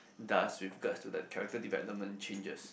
does with regards to the character development changes